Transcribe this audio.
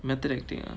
method acting ah